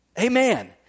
Amen